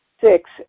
Six